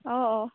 অঁ অঁ